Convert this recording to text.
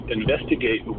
investigate